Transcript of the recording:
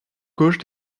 gauche